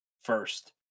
first